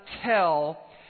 tell